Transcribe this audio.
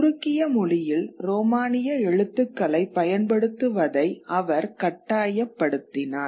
துருக்கிய மொழியில் ரோமானிய எழுத்துக்களைப் பயன்படுத்துவதை அவர் கட்டாயப்படுத்தினார்